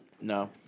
No